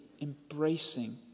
embracing